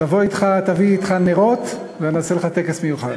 תבוא, תביא אתך נרות, ונעשה לך טקס מיוחד.